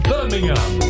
Birmingham